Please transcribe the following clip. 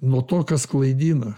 nuo to kas klaidina